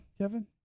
Kevin